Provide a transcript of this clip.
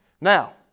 Now